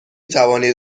توانید